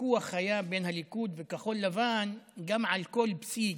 הוויכוח בין הליכוד לכחול לבן היה גם על כל פסיק,